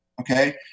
okay